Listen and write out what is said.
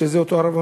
שזה אותו הרב,